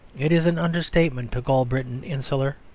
it is an understatement to call britain insular.